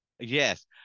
Yes